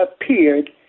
appeared